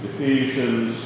Ephesians